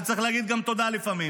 וצריך להגיד גם תודה לפעמים,